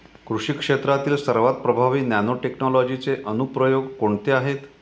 कृषी क्षेत्रातील सर्वात प्रभावी नॅनोटेक्नॉलॉजीचे अनुप्रयोग कोणते आहेत?